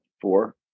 four